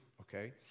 okay